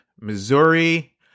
Missouri